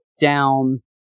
down